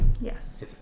Yes